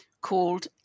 called